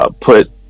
put